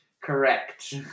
Correct